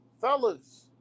fellas